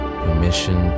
permission